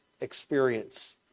experience